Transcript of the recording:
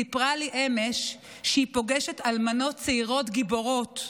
סיפרה לי אמש שהיא פוגשת אלמנות צעירות גיבורות.